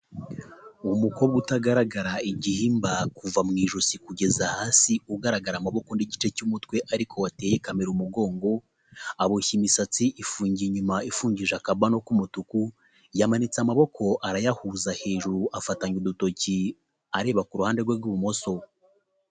Umukobwa utagaragara igihimba kuva mu ijosi kugeza hasi, ugaragara amaboko n'igice cy'umutwe ariko wateye kamera umugongo, aboshya imisatsi ifungiye inyuma ifungishije akabano k'umutuku, yamanitse amaboko arayahuza hejuru afatanya udutoki areba ku ruhande rwe rw'ibumoso.